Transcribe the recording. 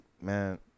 man